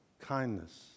kindness